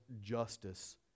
justice